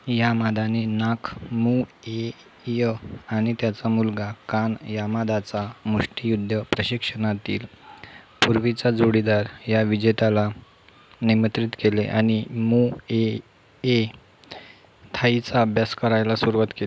यामादाने नाक मूएय आणि त्याचा मुलगा कान यामादाचा मुष्टियुद्ध प्रशिक्षणातील पूर्वीचा जोडीदार या विजेत्याला निमंत्रित केले आणि मूएए थाईचा अभ्यास करायला सुरुवात केली